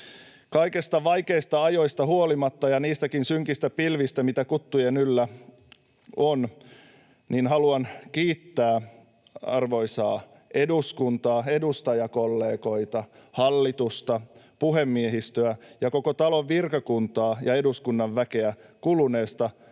Kaikista vaikeista ajoista huolimatta — ja niistäkin synkistä pilvistä, mitä kuttujen yllä on — haluan kiittää arvoisaa eduskuntaa, edustajakollegoita, hallitusta, puhemiehistöä ja koko talon virkakuntaa ja eduskunnan väkeä kuluneesta,